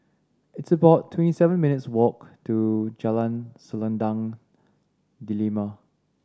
it's about twenty seven minutes' walk to Jalan Selendang Delima